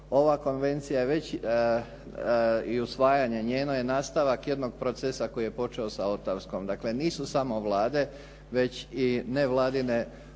ova konvencija i usvajanje njeno je nastavak jednog procesa koji je počeo sa ottawskom. Dakle, nisu samo Vlade već i nevladine